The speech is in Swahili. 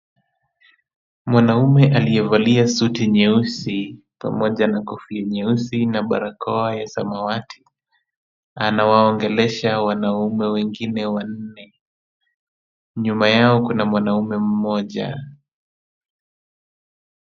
Mwanamume aliyevalia suti nyeusi pamoja na kofia nyeusi na barakoa ya samawati, anawaongelesha wanaume wengine wanne. Nyuma yao kuna mwanamume mmoja.